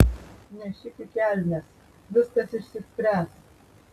nešik į kelnes viskas išsispręs